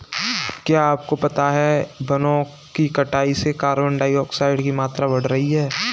क्या आपको पता है वनो की कटाई से कार्बन डाइऑक्साइड की मात्रा बढ़ रही हैं?